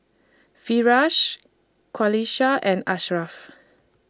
Firash Qalisha and Ashraff